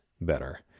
better